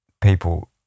people